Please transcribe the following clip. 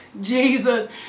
Jesus